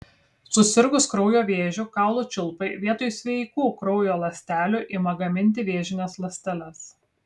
susirgus kraujo vėžiu kaulų čiulpai vietoj sveikų kraujo ląstelių ima gaminti vėžines ląsteles